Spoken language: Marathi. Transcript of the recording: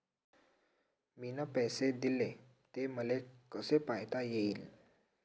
मिन पैसे देले, ते मले कसे पायता येईन?